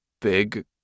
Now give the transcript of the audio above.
big